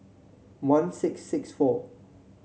one six six four